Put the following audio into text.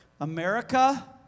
America